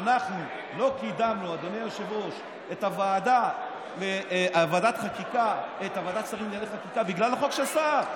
שאנחנו לא קידמנו את ועדת השרים לענייני חקיקה בגלל החוק של סער.